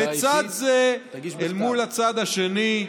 לצד זה, אל מול הצד השני,